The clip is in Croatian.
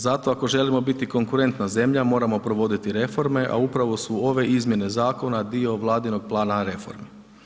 Zato ako želimo biti konkurentna zemlja, moramo provoditi reforme a upravo su ove izmjene zakona dio Vladinog plana reformi.